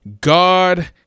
God